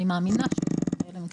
אבל אני מאמינה שיש עוד מקרים כאלה.